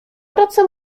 praca